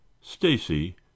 stacy